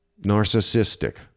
Narcissistic